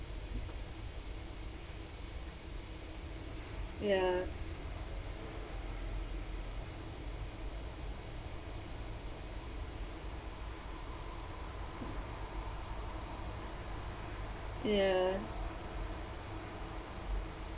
ya ya